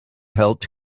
helped